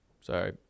Sorry